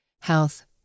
health